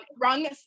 wrong